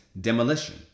demolition